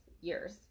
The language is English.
years